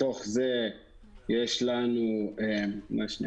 מתוך זה יש לנו את